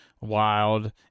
wild